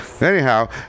Anyhow